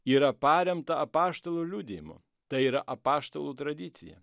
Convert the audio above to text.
yra paremta apaštalų liudijimu tai yra apaštalų tradicija